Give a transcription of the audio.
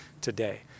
today